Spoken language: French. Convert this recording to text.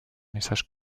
messages